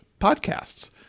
podcasts